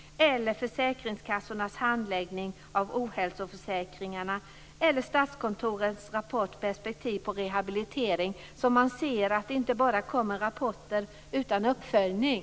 Detsamma gäller rapporten Försäkringskassornas handläggning av ohälsoförsäkringarna och Det hela handlar om att det inte bara läggs fram rapporter som sedan inte följs upp.